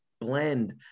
blend